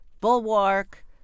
Bulwark